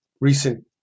recent